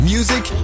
Music